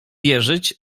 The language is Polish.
wierzyć